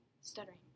Stuttering